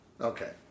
Okay